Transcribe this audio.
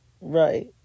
Right